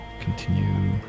continue